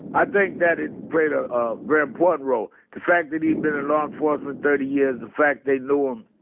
i think that it played a very important role. the fact that he'd been in law enforcement thirty years, the fact they knew him,